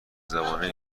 زبانه